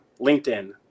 LinkedIn